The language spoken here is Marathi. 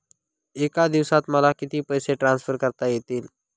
एका दिवसात मला किती पैसे ट्रान्सफर करता येतील?